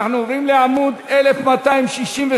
אנחנו עוברים לעמוד 1268,